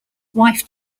wife